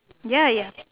ya ya